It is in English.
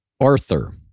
Arthur